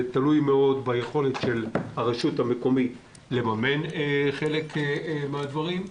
זה תלוי מאוד ביכולת של הרשות המקומית לממן חלק מן הדברים.